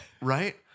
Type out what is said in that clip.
Right